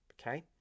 okay